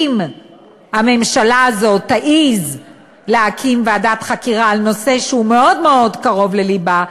אם הממשלה הזאת תעז להקים ועדת חקירה על נושא שהוא מאוד מאוד קרוב ללבה,